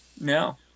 No